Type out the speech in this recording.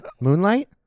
Moonlight